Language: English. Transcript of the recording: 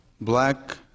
black